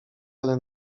ale